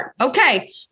Okay